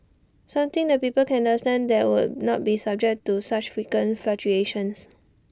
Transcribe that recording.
something that people can understand that would not be subject to such frequent fluctuations